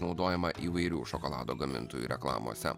naudojama įvairių šokolado gamintojų reklamose